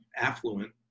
affluent